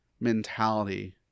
mentality